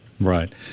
Right